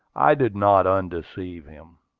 i did not undeceive him.